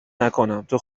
نکنم، تو